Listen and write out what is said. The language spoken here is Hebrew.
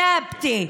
חרמות.